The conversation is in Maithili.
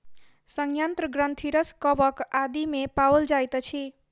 सयंत्र ग्रंथिरस कवक आदि मे पाओल जाइत अछि